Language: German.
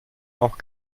auch